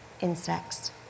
insects